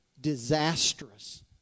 disastrous